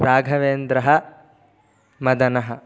राघवेन्द्रः मदनः